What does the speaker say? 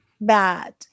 bad